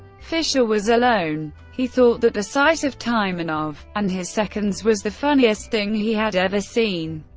fischer was alone. he thought that the sight of taimanov and his seconds was the funniest thing he had ever seen.